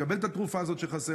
לקבל את התרופה הזאת שחסרה.